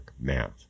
math